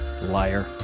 liar